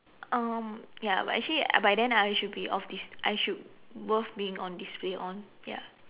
um ya but actually by then I should be off I should worth being on display on ya